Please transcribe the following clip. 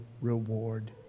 reward